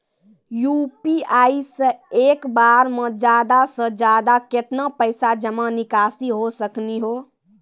UPI से एक बार मे ज्यादा से ज्यादा केतना पैसा जमा निकासी हो सकनी हो?